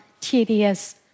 tedious